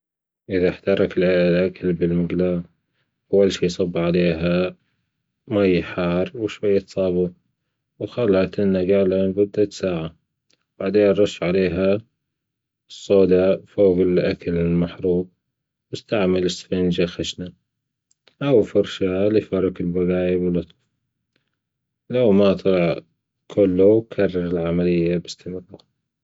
إذا أحترقت الأكل بالمجلاه أو شي بصب عليها مايا حار وشوية صابون وخليها تتنجع لمدة ساعة وبعدين أرش عليها صودا فوج الأكل المحروج وأستعمل السفنجا الخشنة أو فرشاة لفرك البقايا منو لو ما طلع كلو بكرر العملية باستمرار